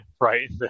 right